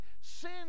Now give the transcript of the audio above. sin